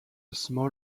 small